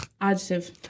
Adjective